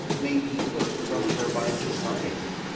may be put from her by society.